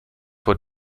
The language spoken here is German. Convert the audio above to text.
vor